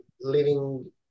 living